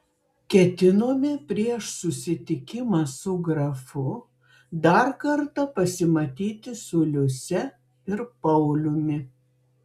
ketinome prieš susitikimą su grafu dar kartą pasimatyti su liuse ir pauliumi